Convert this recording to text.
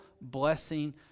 blessing